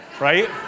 Right